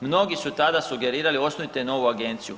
Mnogi su tada sugerirali osnujte novu agenciju.